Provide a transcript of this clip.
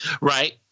right